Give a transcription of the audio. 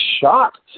shocked